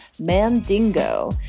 Mandingo